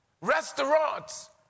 Restaurants